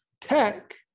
Tech